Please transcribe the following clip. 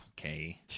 Okay